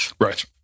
Right